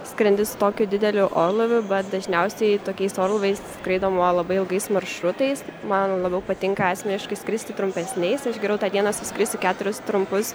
skrendi su tokiu dideliu orlaiviu bet dažniausiai tokiais orlaiviais skraidoma labai ilgais maršrutais man labiau patinka asmeniškai skristi trumpesniais aš geriau tą dieną suskrisiu keturis trumpus